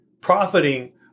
profiting